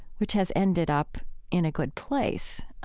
which has ended up in a good place.